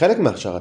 כחלק מהכשרתם,